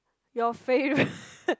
your favorite